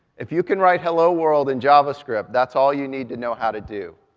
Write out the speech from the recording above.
if you can write hello, world in javascript, that's all you need to know how to do.